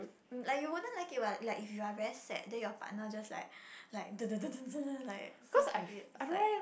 um like you wouldn't like it what like if you are very sad then your partner just like like da da da da da like so happy inside like